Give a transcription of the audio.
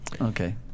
Okay